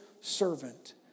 servant